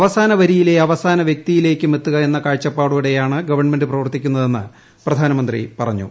അവസാന വരിയിലെ അവസാന വ്യക്തിയിലേക്കും എത്തുക എന്ന കാഴ്ചപ്പാടോടെയാണ് ഗവൺമെന്റ് പ്രവർത്തിക്കുന്നതെന്ന് പ്രധാനമന്ത്രി പറഞ്ഞു